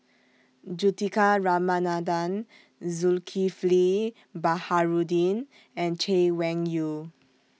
Juthika Ramanathan Zulkifli Baharudin and Chay Weng Yew